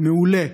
מעולה.